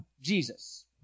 Jesus